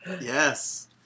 Yes